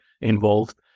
involved